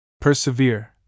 persevere